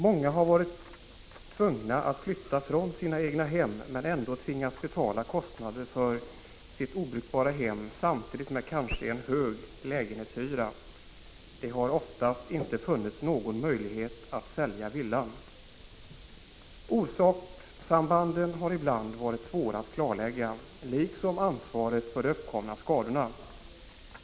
Många har varit tvungna att flytta från sina egnahem men ändå tvingats betala kostnaden för sina obrukbara hem samtidigt med en kanske höglägenhetshyra. Det har oftast inte funnits någon möjlighet att sälja villan. Orsakssambanden har ibland varit svåra att klarlägga liksom ansvaret för de uppkomna skadorna.